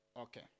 Okay